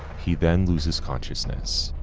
he then loses consciousness.